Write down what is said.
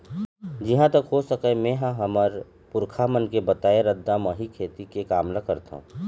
जिहाँ तक हो सकय मेंहा हमर पुरखा मन के बताए रद्दा म ही खेती के काम ल करथँव